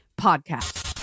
podcast